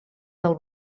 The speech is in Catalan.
del